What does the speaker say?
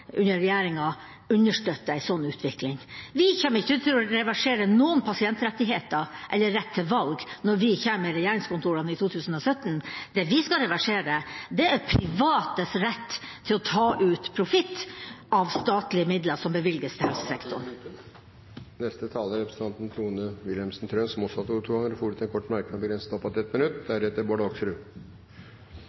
under regjeringa, understøtter en slik utvikling. Vi kommer ikke til å reversere noen pasientrettigheter eller rett til valg når vi kommer i regjeringskontorene i 2017. Det vi skal reversere, er privates rett til å ta ut profitt av statlige midler som bevilges til helse. Representanten Tone Wilhelmsen Trøen har også hatt ordet to ganger tidligere og får ordet til en kort merknad, begrenset til 1 minutt.